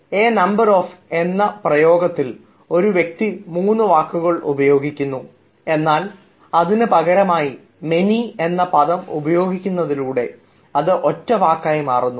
A number of എന്ന പ്രയോഗത്തിൽ ഒരു വ്യക്തി മൂന്ന് വാക്കുകൾ ഉപയോഗിക്കുന്നു എന്നാൽ അതിനു പകരമായി മെനി എന്ന പദം ഉപയോഗിക്കുന്നതിലൂടെ അത് ഒറ്റ വാക്ക് ആയി മാറുന്നു